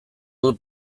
dut